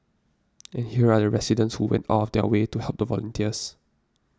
and here are the residents who went out of their way to help the volunteers